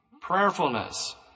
Prayerfulness